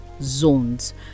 zones